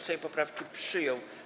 Sejm poprawki przyjął.